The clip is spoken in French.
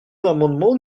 l’amendement